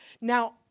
Now